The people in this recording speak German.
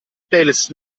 playlists